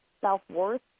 self-worth